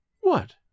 What